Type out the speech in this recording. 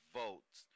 votes